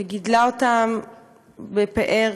שגידלה אותם בפאר,